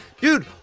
dude